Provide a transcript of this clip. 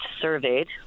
surveyed